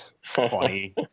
funny